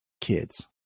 kids